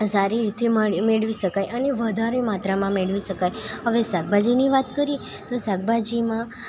સારી રીતે મળે મેળવી શકાય અને વધારે માત્રામાં મેળવી શકાય હવે શાકભાજીની વાત કરીએ તો શાકભાજીમાં